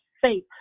faith